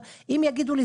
אם יגידו לי,